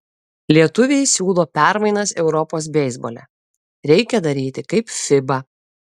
lietuviai siūlo permainas europos beisbole reikia daryti kaip fiba